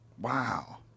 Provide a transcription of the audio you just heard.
wow